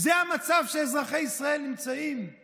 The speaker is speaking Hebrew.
זה המצב שאזרחי ישראל נמצאים בו.